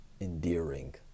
endearing